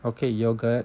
okay yoghurt